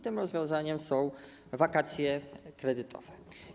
Tym rozwiązaniem są wakacje kredytowe.